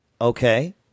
Okay